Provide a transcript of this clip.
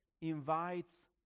invites